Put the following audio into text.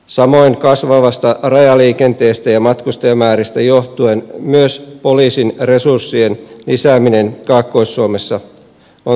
samoin kasvavasta rajaliikenteestä ja matkustajamääristä johtuen myös poliisin resurssien lisääminen kaakkois suomessa on tärkeää